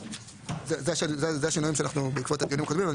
זה השינויים שאנחנו מבקשים בעקבות הדיונים הקודמים.